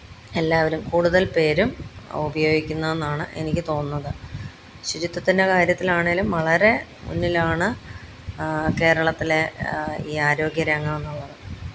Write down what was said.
എല്ലാവരും കൂടുതല്പ്പേരും ഉപയോഗിക്കുന്നതെന്നാണ് എനിക്ക് തോന്നുന്നത് ശുചിത്വത്തിന്റെ കാര്യത്തിലാണെ ങ്കിലും വളരെ മുന്നിലാണ് കേരളത്തിലെ ഈ ആരോഗ്യരംഗമെന്ന് ഉള്ളത്